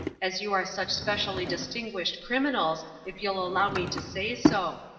as you were such specially distinguished criminals, if you'll allow me to say so.